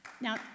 Now